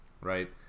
right